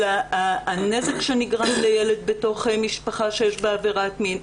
הנזק שנגרם לילד בתוך משפחה שיש בה עבירת מין,